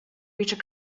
reached